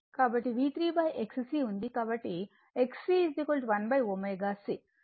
కాబట్టి V3 XC ఉంది